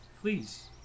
Please